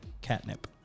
catnip